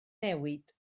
newid